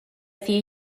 few